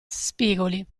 spigoli